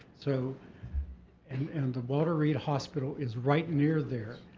so and and the walter reed hospital is right near there.